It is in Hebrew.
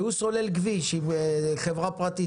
כשהוא סולל כביש עם חברה פרטית,